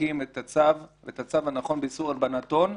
וזה בסדר.